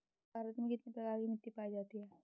भारत में कितने प्रकार की मिट्टी पाई जाती हैं?